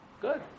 Good